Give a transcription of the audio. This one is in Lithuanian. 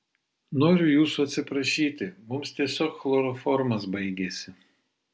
noriu jūsų atsiprašyti mums tiesiog chloroformas baigėsi